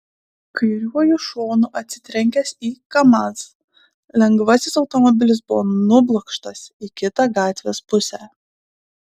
kairiuoju šonu atsitrenkęs į kamaz lengvasis automobilis buvo nublokštas į kitą gatvės pusę